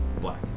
Black